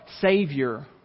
Savior